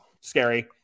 Scary